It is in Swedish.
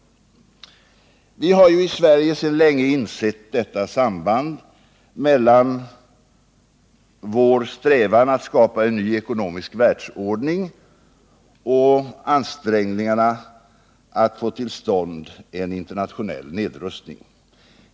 Vi har ju i Sverige sedan länge insett detta samband mellan vår strävan att skapa en ny ekonomisk världsordning och ansträngningarna att få till stånd en internationell nedrustning.